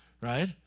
right